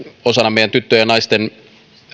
osana meidän tyttöjen ja naisten